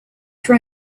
for